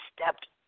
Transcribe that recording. stepped